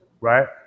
Right